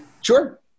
Sure